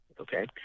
Okay